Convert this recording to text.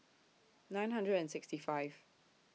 nine hundred and sixty five